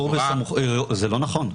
זה לא נכון.